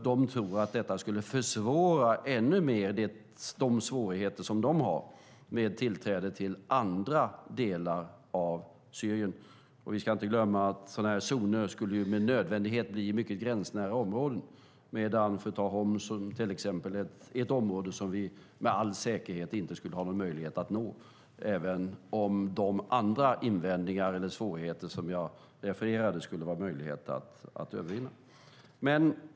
De tror att det bara skulle förvärra de svårigheter som de har med tillträde till andra delar av Syrien. Vi ska inte glömma att sådana här zoner med nödvändighet skulle bli mycket gränsnära områden. Hums är ett område som vi med all säkerhet inte skulle ha någon möjlighet att nå, även om de andra svårigheter som jag har refererat skulle gå att övervinna.